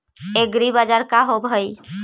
एग्रीबाजार का होव हइ?